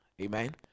amen